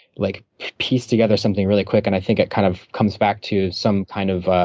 like, piece together something really quick, and i think it kind of comes back to some kind of